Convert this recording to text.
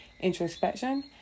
introspection